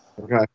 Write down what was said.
okay